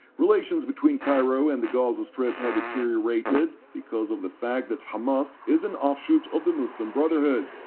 relations between cairo and the gaza strip had deteriorated, because of the fact that hamas is an offshoot of the muslim brotherhood.